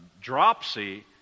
Dropsy